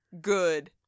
good